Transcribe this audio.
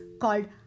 called